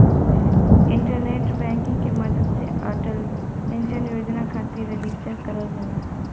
internet banking के मदद से अटल पेंशन योजना खातिर रजिस्टर करल जाला